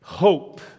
Hope